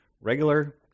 regular